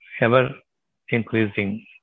ever-increasing